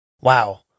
Wow